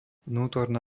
vnútorná